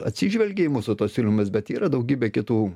atsižvelgė į mūsų tuos siūlymus bet yra daugybė kitų